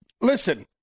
listen